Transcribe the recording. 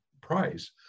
price